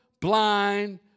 blind